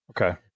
Okay